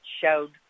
showed